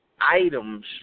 items